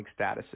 statuses